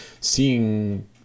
seeing